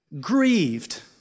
grieved